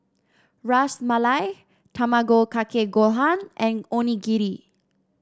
Ras Malai Tamago Kake Gohan and Onigiri